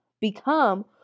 become